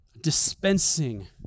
Dispensing